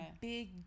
big